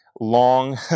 long